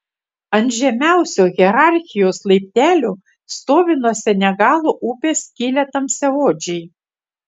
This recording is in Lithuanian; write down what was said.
ant žemiausio hierarchijos laiptelio stovi nuo senegalo upės kilę tamsiaodžiai